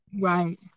right